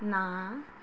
ਨਾ